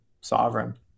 sovereign